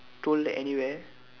told anywhere